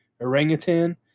Orangutan